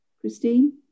Christine